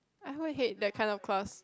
I hate that kind of class